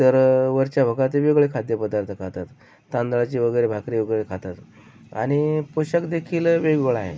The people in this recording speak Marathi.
तर वरच्या भागात वेगवेगळे खाद्यपदार्थ खातात तांदळाची वगैरे भाकरी वगैरे खातात आणि पोशाख देखील वेगवेगळं आहे